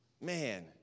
man